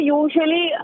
usually